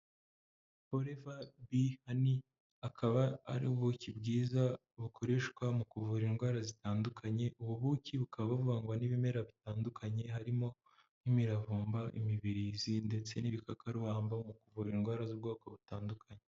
Oliva b hani akaba ari ubuki bwiza bukoreshwa mu kuvura indwara zitandukanye ,ubu buki bukaba buvangwa n'ibimera bitandukanye harimo, nk'imiravumba, imibirizi ndetse n'ibikakarubamba mu kuvura indwara z'ubwoko butandukanye.